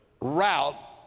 route